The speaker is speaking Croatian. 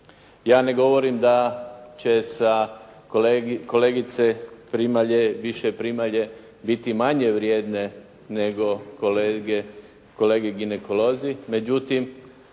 Ja ne govorim da će kolegice primalje, više primalje biti manje vrijedne nego kolege ginekolozi,